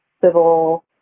civil